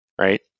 right